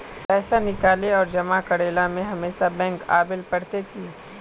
पैसा निकाले आर जमा करेला हमेशा बैंक आबेल पड़ते की?